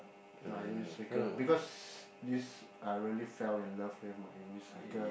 uh unicycle because this I really fell in love with my unicycle